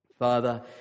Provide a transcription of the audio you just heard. Father